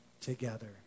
together